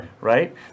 right